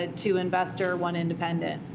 ah two investor, one independent.